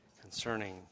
concerning